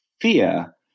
fear